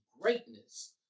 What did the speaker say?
greatness